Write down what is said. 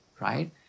right